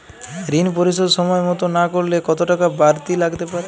ঋন পরিশোধ সময় মতো না করলে কতো টাকা বারতি লাগতে পারে?